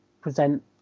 present